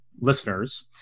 listeners